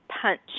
punch